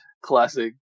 Classic